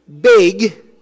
big